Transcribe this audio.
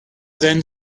then